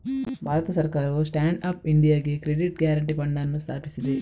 ಭಾರತ ಸರ್ಕಾರವು stand up ಇಂಡಿಯಾಗೆ credit guarantee fund ಅನ್ನು ಸ್ಥಾಪಿಸಿದೆ